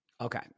Okay